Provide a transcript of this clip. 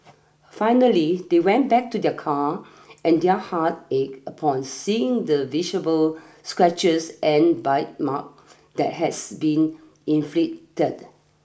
finally they went back to their car and their heart ached upon seeing the visible scratches and bite mark that has been inflicted